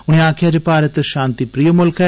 उनें आक्खेआ जे भारत शांति प्रिय मुल्ख ऐ